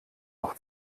noch